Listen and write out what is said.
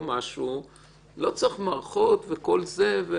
לא צריך מערכות וכל זה.